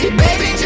baby